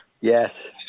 Yes